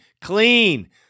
clean